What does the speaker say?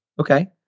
Okay